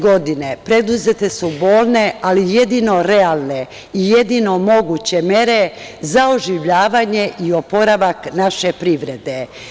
Godine 2014. preduzete su bolne, ali jedino realne i jednino moguće mere za oživljavanje i oporavak naše privrede.